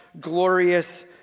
glorious